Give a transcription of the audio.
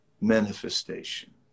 manifestation